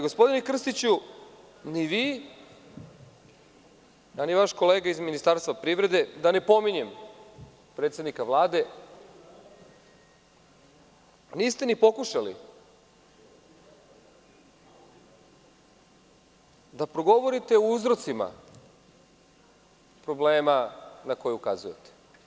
Gospodine Krstiću, ni vi, a ni vaš kolega iz Ministarstva privrede, da ne pominjem predsednika Vlade, niste ni pokušali da progovorite o uzrocima problema na koje ukazujete.